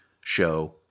show